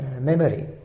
memory